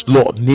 Lord